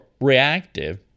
reactive